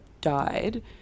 died